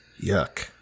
Yuck